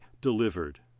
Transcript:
delivered